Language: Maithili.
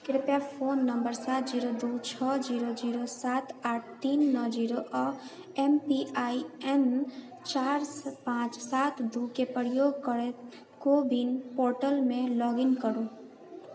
कृपया फोन नंबर सात जीरो दू छओ जीरो जीरो सात आठ तीन नओ जीरो आ एम पी आइ एन चारि पांँच सात दू के प्रयोग करैत को विन पोर्टलमे लॉग इन करू